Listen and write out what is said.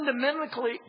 fundamentally